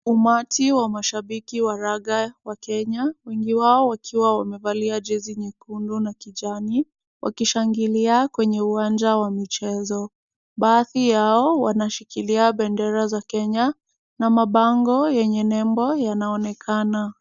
Umati wa mashabiki wa raga wa Kenya, wengi wao wakiwa wamevalia jezi nyekundu na kijani wakishangilia kwenye uwanja wa michezo. Baadhi yao wanashikilia bendera za Kenya na mabango yenye nembo yanaonekana.